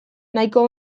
nahiko